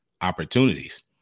opportunities